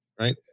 Right